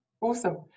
Awesome